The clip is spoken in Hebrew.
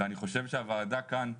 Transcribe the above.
ואני חושב שהוועדה כאן,